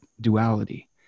duality